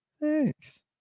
thanks